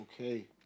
Okay